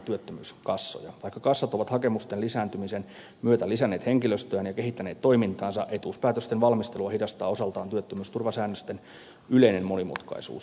vaikka kassat ovat hakemusten lisääntymisen myötä lisänneet henkilöstöään ja kehittäneet toimintaansa etuuspäätösten valmistelua hidastaa osaltaan työttömyysturvasäännösten yleinen monimutkaisuus